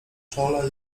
czole